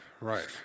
right